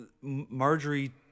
marjorie